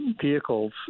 vehicles